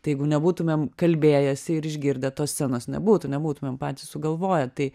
tai jeigu nebūtumėm kalbėjęsi ir išgirdę tos scenos nebūtų nebūtumėm patys sugalvoję tai